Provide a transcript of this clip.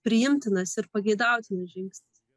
priimtinas ir pageidautinas žingsnis